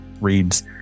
reads